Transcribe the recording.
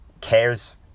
cares